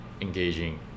engaging